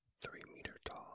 three-meter-tall